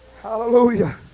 Hallelujah